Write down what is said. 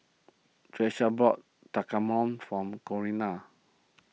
Tiesha bought Tekkadon from Corinna